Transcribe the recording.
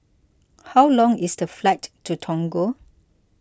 how long is the flight to Togo